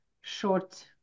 short